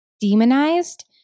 demonized